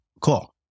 cool